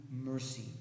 mercy